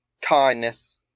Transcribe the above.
kindness